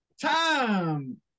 time